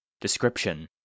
Description